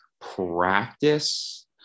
practice